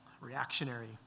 Reactionary